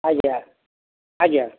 ଆଜ୍ଞା ଆଜ୍ଞା